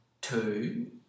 two